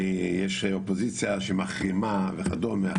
ויש אופוזיציה שמחרימה וכדומה,